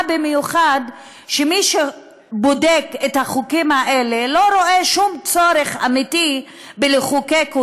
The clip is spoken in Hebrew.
מה עוד שמי שבודק את החוקים האלה לא רואה שום צורך אמיתי בלחוקק אותם,